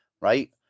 right